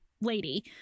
lady